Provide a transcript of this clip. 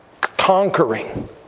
conquering